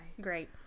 Great